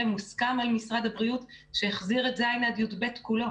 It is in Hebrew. מוסכם על משרד הבריאות שהחזיר את ז' עד י"ב כולו,